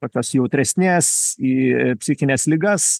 tokios jautresnės į psichines ligas